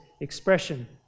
expression